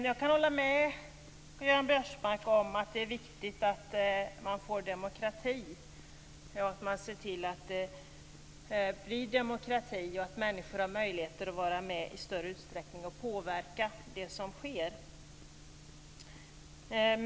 Jag kan hålla med Karl-Göran Biörsmark om att det är viktigt att man får demokrati och att människor har möjligheter att vara med i större utsträckning och påverka det som sker.